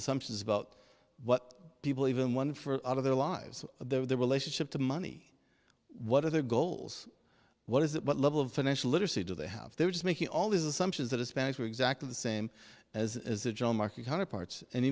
assumptions about what people even one for out of their lives of their relationship to money what are their goals what is it what level of financial literacy do they have they were just making all these assumptions that hispanics were exactly the same as it is a job market hundred parts and